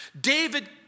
David